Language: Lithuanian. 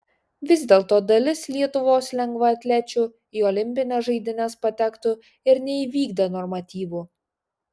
vis dėlto dalis lietuvos lengvaatlečių į olimpines žaidynes patektų ir neįvykdę normatyvų